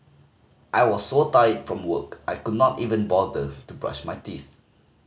I was so tired from work I could not even bother to brush my teeth